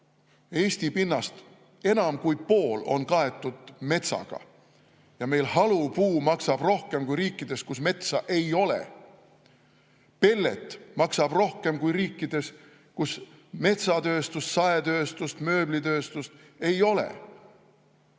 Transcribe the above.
Eesti pinnast enam kui pool on kaetud metsaga, aga meil maksab halupuu rohkem kui riikides, kus metsa ei ole. Pellet maksab rohkem kui riikides, kus metsatööstust, saetööstust, mööblitööstust ei ole.